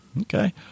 Okay